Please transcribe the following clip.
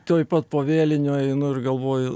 tuoj pat po vėlinių einu ir galvoju